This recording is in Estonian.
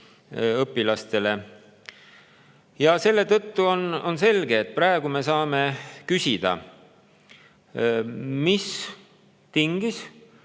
õpilastele. Ja selle tõttu on selge, et praegu me [tahame] küsida, mis tingis